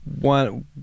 one